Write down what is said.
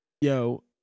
Yo